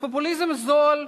ופופוליזם זול,